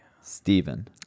Stephen